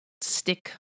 stick